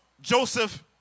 Joseph